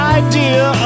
idea